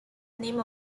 name